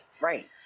right